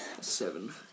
Seven